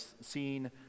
seen